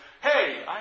hey